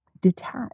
detach